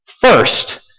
First